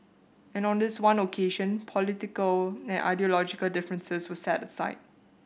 and on this one occasion political and ideological differences were set aside